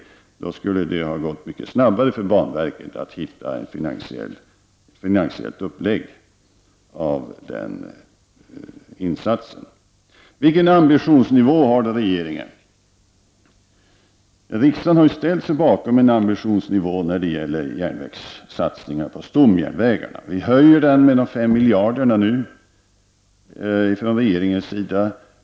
Om så vore fallet skulle det har gått mycket snabbare för banverket att hitta en finansiell uppläggning beträffande insatsen. Vilken ambitionsnivå har då regeringen? Riksdagen har lagt fast en ambitionsnivå när det gäller järnvägssatsningar på stomjärnvägar. Det blir nu en höjning med de 5 miljarderna från regeringens sida.